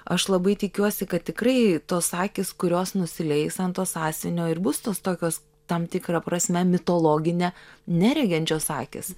aš labai tikiuosi kad tikrai tos akys kurios nusileis ant to sąsiuvinio ir bus tos tokios tam tikra prasme mitologine neregenčios akys